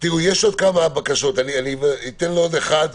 יש עוד כמה בקשות דיבור, אתן לעוד אחד,